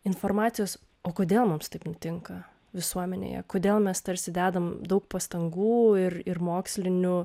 informacijos o kodėl mums taip nutinka visuomenėje kodėl mes tarsi dedam daug pastangų ir ir mokslinių